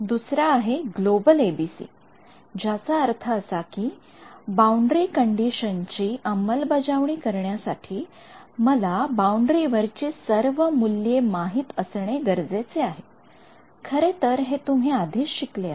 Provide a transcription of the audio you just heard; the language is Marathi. दुसरा आहे ग्लोबल एबीसी ज्याचा अर्थ असा कि बाउंडरी कंडिशन ची अंमलबजावणी करण्यासाठी मला बाउंडरी वरची सर्व मूल्ये माहित असणे गरजेचे आहे खरेतर तुम्ही हे आधीच शिकले आहे